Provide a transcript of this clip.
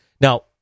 Now